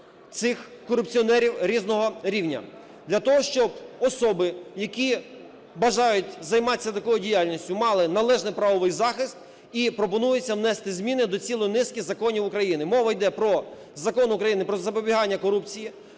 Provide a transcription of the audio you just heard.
цих корупціонерів різного рівня. Для того, щоб особи, які бажають займатися такою діяльністю, мали належний правовий захист, і пропонується внести зміни до цілої низки законів України. Мова йде про Закон України "Про запобігання корупції".